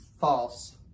False